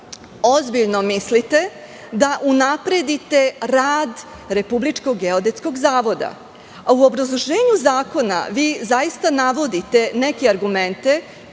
zaista mislite da unapredite rad Republičkog geodetskog zavoda.U obrazloženju zakona zaista navodite neke argumente